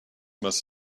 must